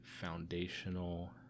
foundational